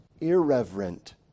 irreverent